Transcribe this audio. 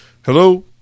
Hello